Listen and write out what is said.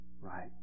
right